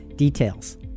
Details